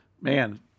man